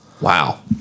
Wow